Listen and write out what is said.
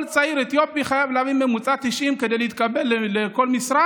כל צעיר אתיופי חייב להגיע לממוצע 90 כדי להתקבל לכל משרה,